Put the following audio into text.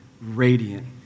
radiant